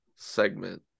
segment